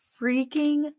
freaking